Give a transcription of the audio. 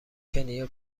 کنیا